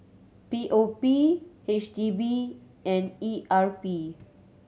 P O P H D B and E R P